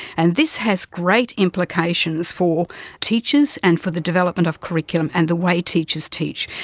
and this has great implications for teachers and for the development of curriculum and the way teachers teach,